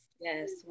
Yes